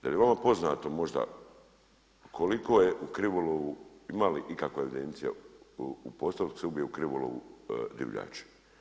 Je li vama poznato možda koliko je u krivolovu, ima li ikakva evidencija u … ubiju u krivolovu divljači?